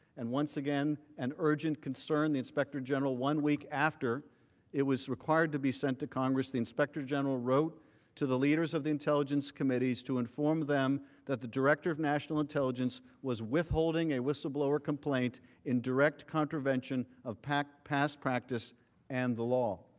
and once again, an urgent concern the inspector journal one week after it was required to be sent to congress, the inspector general wrote to the leaders of the intelligence committees to inform them that the director of national intelligence was withholding it whistleblower complaint indirect contravention of past past practice and the law.